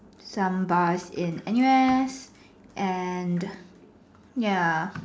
some bars in N_U_S and the ya